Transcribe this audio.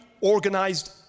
organized